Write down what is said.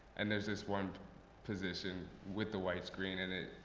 and there's this one position with the white screen in it.